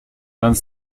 vingt